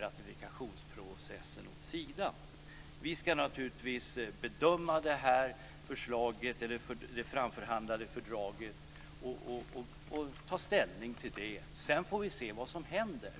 ratifikationsprocessen åt sidan. Vi ska naturligtvis bedöma det framförhandlade fördraget och ta ställning till det. Sedan får vi se vad som händer.